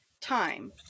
time